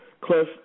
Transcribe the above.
Cliff